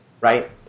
right